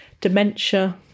dementia